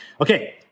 Okay